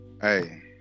hey